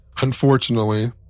Unfortunately